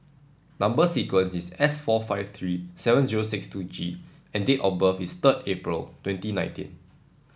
number sequence is S four five three seven zero six two G and date of birth is third April twenty nineteen